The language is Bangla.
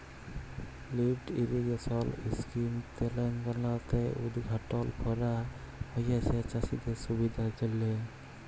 লিফ্ট ইরিগেশল ইসকিম তেলেঙ্গালাতে উদঘাটল ক্যরা হঁয়েছে চাষীদের সুবিধার জ্যনহে